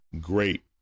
great